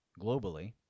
globally